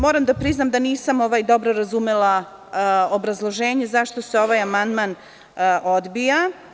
Moram da priznam da nisam dobro razumela obrazloženje zašto se ovaj amandman odbija.